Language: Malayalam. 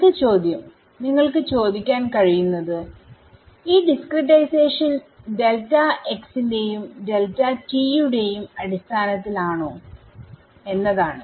അടുത്ത ചോദ്യം നിങ്ങൾക്ക് ചോദിക്കാൻ കഴിയുന്നത് ഈ ഡിസ്ക്രിടൈസേഷൻ ഡെൽറ്റ x ന്റെയും ഡെൽറ്റ tയുടെയും അടിസ്ഥാനത്തിൽ ആണോ എന്നതാണ്